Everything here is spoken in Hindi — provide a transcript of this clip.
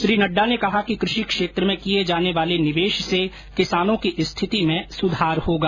श्री नड्डा ने कहा कि कृषि क्षेत्र में किये जाने वाले निवेश से किसानों की स्थिति में सुधार होगा